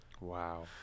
Wow